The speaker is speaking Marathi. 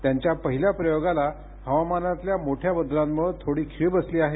त्यांच्या पहिल्या प्रयोगाला हवामानातील मोठ्या बदलांमुळे थोडी खीळ बसली आहे